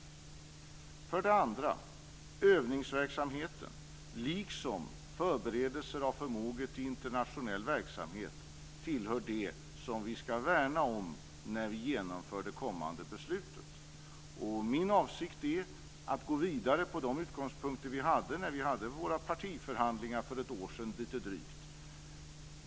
Jag vill också säga att övningsverksamheten, liksom förberedelse av förmåga till internationell verksamhet, hör till det som vi ska värna om när vi genomför det kommande beslutet. Min avsikt är att gå vidare med de utgångspunkter vi hade när vi hade våra partiförhandlingar för lite drygt ett år sedan.